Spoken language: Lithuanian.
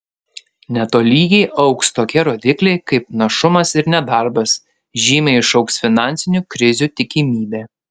netolygiai augs tokie rodikliai kaip našumas ir nedarbas žymiai išaugs finansinių krizių tikimybė